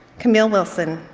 camille wilson,